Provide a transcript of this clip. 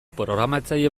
programatzaile